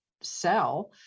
sell